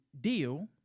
deal